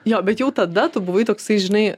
jo bet jau tada tu buvai toksai žinai